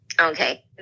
Okay